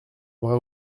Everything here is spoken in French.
bras